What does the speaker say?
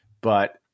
but-